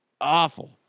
Awful